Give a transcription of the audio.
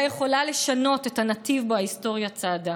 יכולה לשנות את הנתיב שבו ההיסטוריה צעדה.